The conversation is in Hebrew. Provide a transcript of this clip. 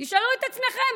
תשאלו את עצמכם,